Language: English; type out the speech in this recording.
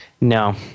No